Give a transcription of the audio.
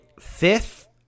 fifth